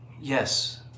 Yes